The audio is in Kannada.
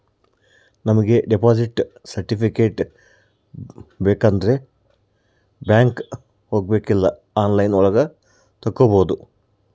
ನಮಿಗೆ ಡೆಪಾಸಿಟ್ ಸರ್ಟಿಫಿಕೇಟ್ ಬೇಕಂಡ್ರೆ ಬ್ಯಾಂಕ್ಗೆ ಹೋಬಾಕಾಗಿಲ್ಲ ಆನ್ಲೈನ್ ಒಳಗ ತಕ್ಕೊಬೋದು